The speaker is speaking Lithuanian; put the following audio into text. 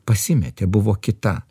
pasimetė buvo kita